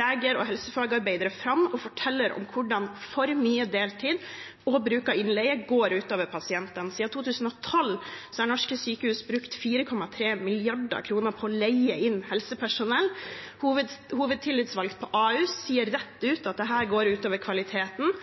leger og helsefagarbeidere fram og forteller om hvordan for mye deltid og bruk av innleie går ut over pasientene. Siden 2012 har norske sykehus brukt 4,3 mrd. kr på å leie inn helsepersonell. Hovedtillitsvalgt på Ahus sier rett ut at dette går ut over kvaliteten,